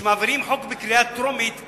כשמגישים חוק לקריאה טרומית,